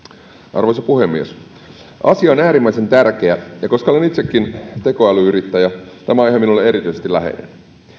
arvoisa puhemies asia on äärimmäisen tärkeä ja koska olen itsekin tekoäly yrittäjä tämä aihe on minulle erityisesti läheinen